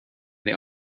they